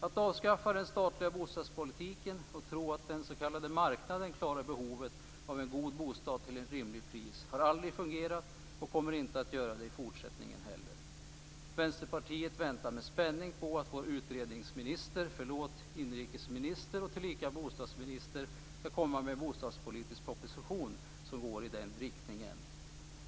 Att avskaffa den statliga bostadspolitiken och tro att den s.k. marknaden klarar behovet av en god bostad till ett rimligt pris har aldrig fungerat och kommer inte heller i fortsättningen att göra det. Vänsterpartiet väntar med spänning på att vår utredningsminister - förlåt, inrikesminister - och tillika bostadsminister skall lägga fram en bostadspolitisk proposition som går i den riktningen.